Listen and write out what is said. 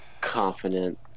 confident